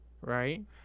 right